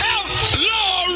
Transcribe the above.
Outlaw